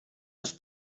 les